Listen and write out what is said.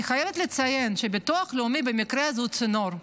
אני חייבת לציין שהביטוח הלאומי במקרה הזה הוא צינור,